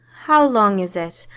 how long is it?